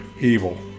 evil